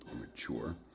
mature